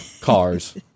cars